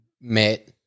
met